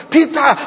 Peter